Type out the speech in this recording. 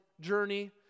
journey